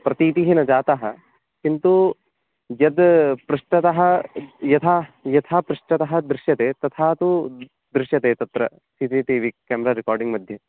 प्रतीतिः न जाता किन्तु यद् पृष्ठतः यथा यथा पृष्ठतः दृश्यते तथा तु दृश्यते तत्र C C T V camera recording मध्ये